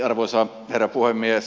arvoisa herra puhemies